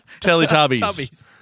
Teletubbies